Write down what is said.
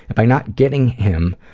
by not getting him,